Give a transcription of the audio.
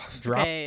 Drop